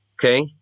Okay